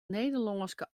nederlânske